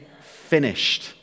finished